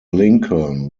lincoln